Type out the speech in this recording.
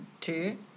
Two